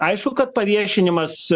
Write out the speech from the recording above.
aišku kad paviešinimas